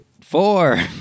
Four